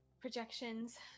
projections